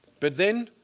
but then